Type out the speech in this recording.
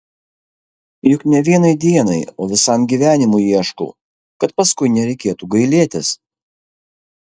juk ne vienai dienai o visam gyvenimui ieškau kad paskui nereikėtų gailėtis